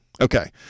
Okay